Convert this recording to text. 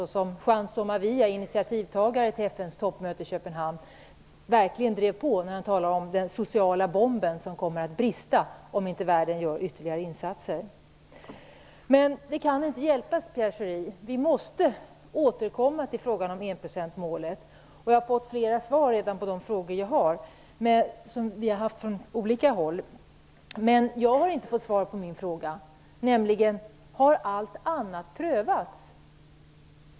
Juan Somavia, initiativtagare till FN:s toppmöte i Köpenhamn, drev verkligen på detta när han talade om den sociala bomben som kommer att brisera om inte världen gör ytterligare insatser. Men det kan inte hjälpas, Pierre Schori, vi måste återkomma till frågan om enprocentsmålet. Jag har redan fått flera svar på de frågor jag har. Men jag har inte fått svar på frågan om allt annat har prövats.